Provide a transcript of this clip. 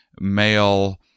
male